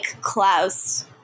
Klaus